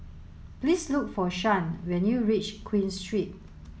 please look for Shan when you reach Queen Street